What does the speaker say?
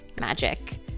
magic